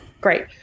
Great